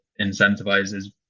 incentivizes